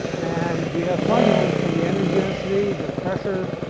and we have formulas for the energy density, the pressure,